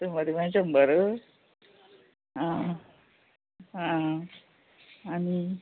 व्होडले म्हळ्यार शंबर आं हां आनी